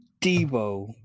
Debo